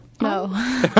No